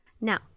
Now